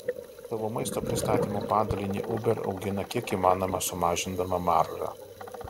savo maisto pristatymo padalinį uber augina kiek įmanoma sumažindama maržą